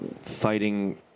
fighting